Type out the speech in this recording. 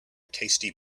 tasty